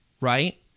right